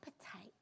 appetite